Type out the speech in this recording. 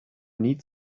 need